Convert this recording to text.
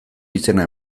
izena